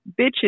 bitches